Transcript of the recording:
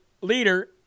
leader